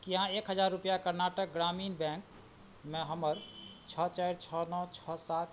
कि अहाँ एक हजार रुपैआ कर्नाटक ग्रामीण बैँकमे हमर छओ चारि छओ नओ छओ सात